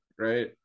right